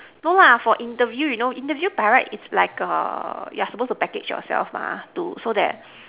no lah for interview you know interview by right it's like a you are supposed to package yourself mah so that